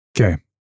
Okay